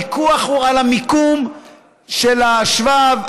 הוויכוח הוא על המיקום של השבב,